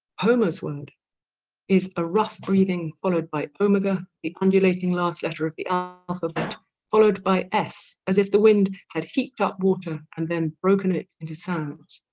homer's word is a rough breathing followed by omega the undulating last letter of the ah alphabet followed by s as if the wind had heaped up water and then broken it into sounds